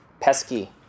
pesky